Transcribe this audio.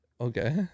Okay